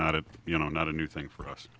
it you know not a new thing for us